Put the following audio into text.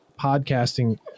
podcasting